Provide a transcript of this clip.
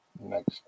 next